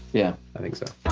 yeah. i think so.